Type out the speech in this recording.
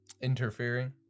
interfering